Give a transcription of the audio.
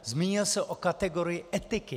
Zmínil se o kategorii etiky.